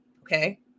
okay